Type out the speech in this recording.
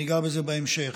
ניגע בזה בהמשך.